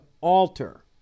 alter